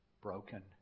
broken